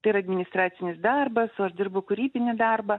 tai yra administracinis darbas o dirbu kūrybinį darbą